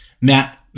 Matt